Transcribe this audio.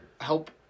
help